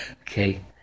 Okay